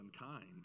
unkind